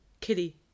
kitty